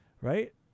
right